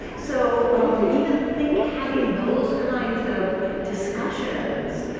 so um even think having those kinds of discussions